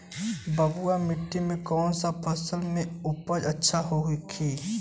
बलुआ मिट्टी में कौन सा फसल के उपज अच्छा होखी?